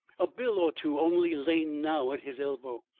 a bill or two only lay now at his elbow,